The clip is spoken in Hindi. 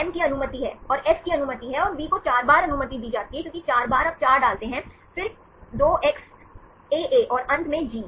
एम की अनुमति है और एफ की अनुमति है और वी को 4 बार अनुमति दी जाती है क्योंकि 4 बार आप 4 डालते हैं फिर 2x एए और अंत में जी